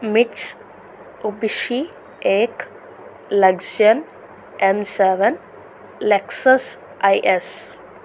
Mitsubishi Eclipse M seven Lexus is